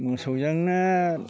मोसौजोंनो